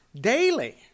daily